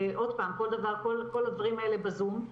כל הדברים האלה בזום,